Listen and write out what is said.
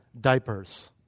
diapers